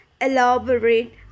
elaborate